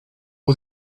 all